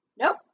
nope